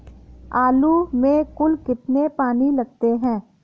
आलू में कुल कितने पानी लगते हैं?